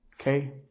Okay